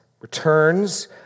returns